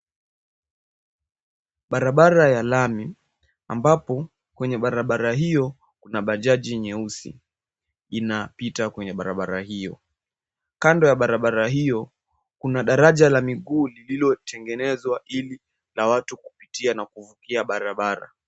Barabara ya lami ambapo kwenye barabara hiyo kuna bajaji nyeusi inapita, kwenye barabara hiyo kando ya barabara hiyo kuna daraja ya miguu iliyotengenezwa ili watu kupitia na kuvukia barabara.